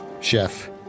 chef